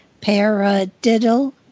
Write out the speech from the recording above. Paradiddle